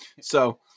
So-